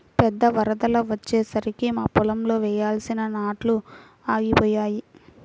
పెద్ద వరదలు వచ్చేసరికి మా పొలంలో వేయాల్సిన నాట్లు ఆగిపోయాయి